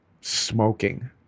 smoking